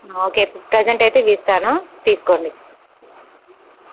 okay present అయితే ఇవి ఇస్తాను తీసుకోండి